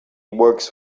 works